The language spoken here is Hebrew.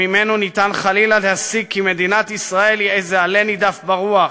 שממנו אפשר חלילה להסיק כי מדינת ישראל היא איזה עלה נידף ברוח.